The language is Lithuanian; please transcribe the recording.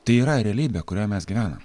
tai yra realybė kuria mes gyvenam